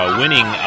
winning